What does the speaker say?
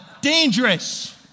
dangerous